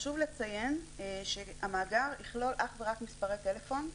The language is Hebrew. חשוב לציין שהמאגר יכלול אך ורק מספרי טלפון,